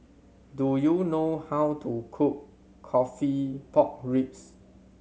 do you know how to cook coffee pork ribs